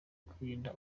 kwirinda